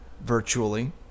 Virtually